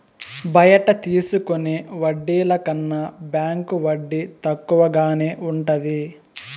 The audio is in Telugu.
బయట తీసుకునే వడ్డీల కన్నా బ్యాంకు వడ్డీ తక్కువగానే ఉంటది